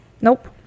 Nope